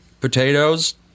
Potatoes